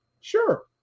Sure